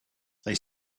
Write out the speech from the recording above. they